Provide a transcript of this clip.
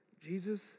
Jesus